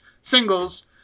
singles